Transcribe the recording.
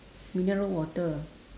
mineral water